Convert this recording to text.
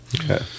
Okay